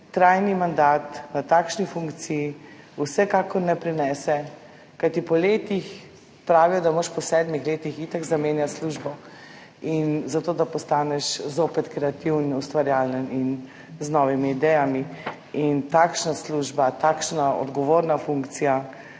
trajen mandat v takšni funkciji vsekakor ne prinese … Pravijo, da moraš po sedmih letih itak zamenjati službo zato, da postaneš zopet kreativen, ustvarjalen in z novimi idejami in takšna služba, takšna odgovorna funkcija,